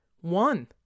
One